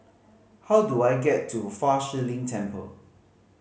how do I get to Fa Shi Lin Temple